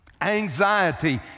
anxiety